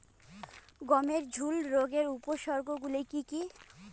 গমের ঝুল রোগের উপসর্গগুলি কী কী?